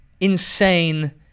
insane